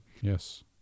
Yes